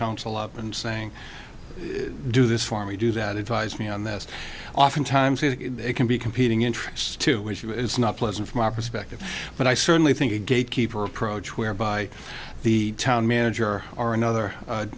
council up and saying do this for me do that advise me on this often times it can be competing interests to which it's not pleasant from my perspective but i certainly think a gatekeeper approach whereby the town manager or another